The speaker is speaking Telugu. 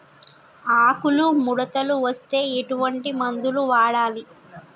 ఆకులు ముడతలు వస్తే ఎటువంటి మందులు వాడాలి?